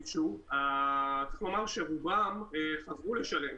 צריך לומר שרובם חזרו לשלם,